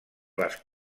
les